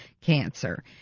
cancer